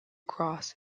cross